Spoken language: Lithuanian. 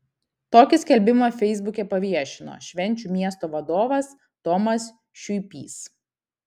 tokį skelbimą feisbuke paviešino švenčių miesto vadovas tomas šiuipys